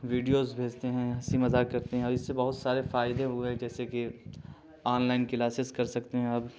videos بھیجتے ہیں ہنسی مذاق کرتے ہیں اور اس سے بہت سارے فائدے ہوئے جیسے کہ آن لائن کلاسیز کر سکتے ہیں اب